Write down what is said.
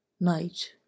night